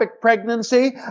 pregnancy